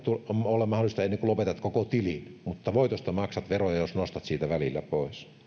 ole mahdollisia ennen kuin lopetat koko tilin mutta voitosta maksat veroja jos nostat siitä välillä pois